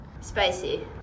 Spicy